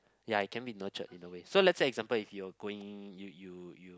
ya it can be nurtured in a way so let's say example if you're going you you you